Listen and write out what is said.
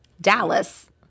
Dallas